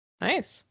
Nice